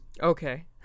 Okay